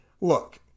Look